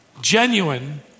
genuine